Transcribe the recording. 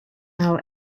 our